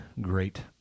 great